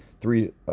three